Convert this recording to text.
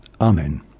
Amen